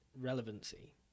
relevancy